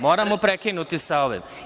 Moramo prekinuti sa ovim.